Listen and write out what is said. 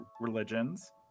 religions